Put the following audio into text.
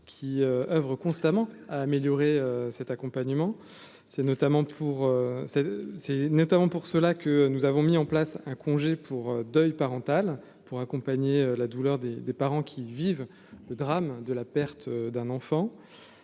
qui oeuvrent constamment à améliorer cet accompagnement, c'est notamment pour cette c'est notamment pour cela que nous avons mis en place un congé pour deuil parentale pour accompagner la douleur des des parents qui vivent le drame de la perte d'un enfant,